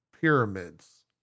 pyramids